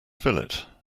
fillet